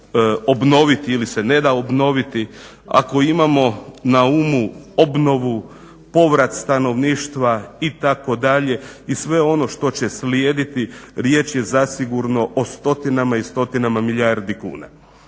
obnoviti ili se neda obnoviti ako imamo na umu obnovu povrat stanovništva itd. i sve ono što će slijediti, riječ je zasigurno o stotinama i stotinama milijardi kuna.